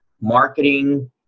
marketing